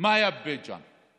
מה היה בבית ג'ן.